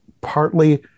partly